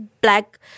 black